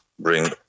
bring